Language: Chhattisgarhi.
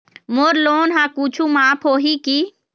मोर लोन हा कुछू माफ होही की?